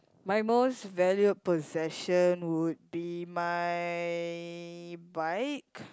my most valued possession would be my bike